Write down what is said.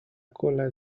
cola